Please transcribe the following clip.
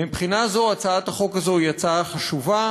ומהבחינה הזאת הצעת החוק הזאת היא הצעה חשובה,